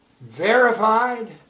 verified